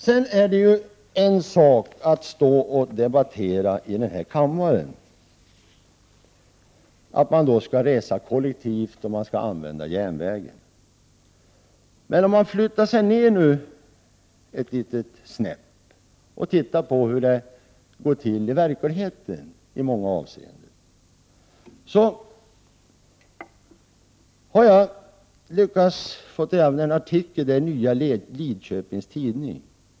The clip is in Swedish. Det är en sak för sig att stå här i kammaren och debattera om att man skall åka kollektivt och använda järnvägen. Man bör också se hur det går till i verkligheten. Jag har lyckats få tag i en artikel från Nya Lidköpings Tidningen.